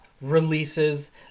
releases